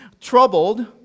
troubled